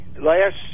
last